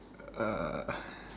uh